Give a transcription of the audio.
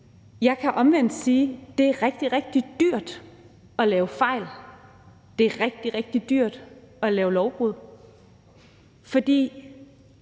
Jeg kan omvendt sige, at det er rigtig, rigtig dyrt at lave fejl; det er rigtig, rigtig dyrt at lave lovbrud. For